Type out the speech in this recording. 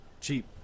Cheap